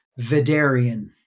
Vidarian